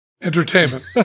entertainment